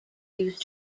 used